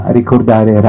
ricordare